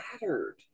mattered